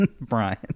Brian